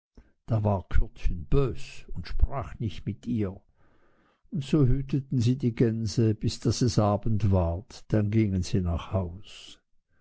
da war kürdchen bös und sprach nicht mit ihr und so hüteten sie die gänse bis daß es abend ward dann gingen sie nach haus